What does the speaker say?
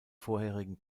vorherigen